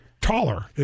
taller